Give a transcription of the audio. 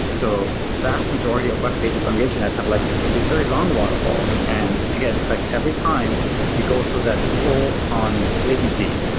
so vast majority of webpages on the internet have like this very long waterfalls. and again, like every time you go through that full on latency,